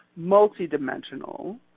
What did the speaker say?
multidimensional